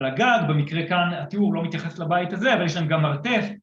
‫לגג, במקרה כאן התיאור ‫לא מתייחס לבית הזה, ‫אבל יש להם גם מרתף.